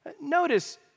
Notice